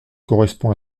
correspond